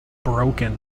broken